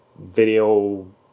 video